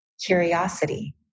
curiosity